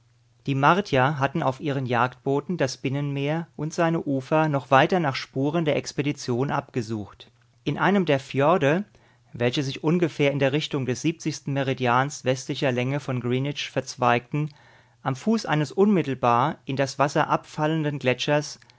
die martier hatten auf ihren jagdbooten das binnenmeer und seine ufer noch weiter nach spuren der expedition abgesucht in einem der fjorde welche sich ungefähr in der richtung des meridians westlicher länge von greenwich verzweigten am fuß eines unmittelbar in das wasser abfallenden gletschers